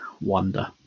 wonder